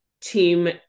team